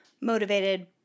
motivated